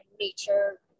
nature